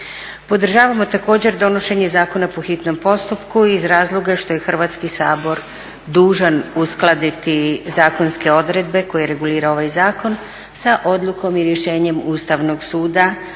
Podržavamo također donošenje Zakona po hitnom postupku iz razloga što je Hrvatski sabor dužan uskladiti zakonske odredbe koje regulira ovaj zakon sa odlukom i rješenjem Ustavnog suda